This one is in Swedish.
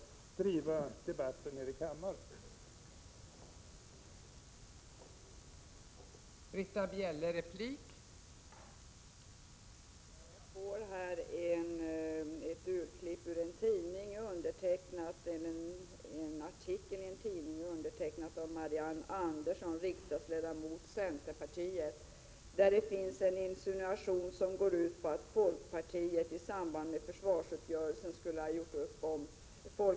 och ta med vad folket ute i landet säger.